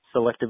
selectively